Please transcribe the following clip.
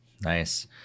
Nice